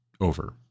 over